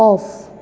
off